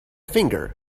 finger